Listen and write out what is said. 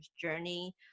journey